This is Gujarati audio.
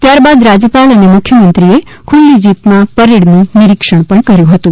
ત્યારબાદ રાજયપાલ અને મુખ્યમંત્રીએ ખુલ્લી જીપમાં પરેડનું નીરીક્ષણ પણ કર્યું હતું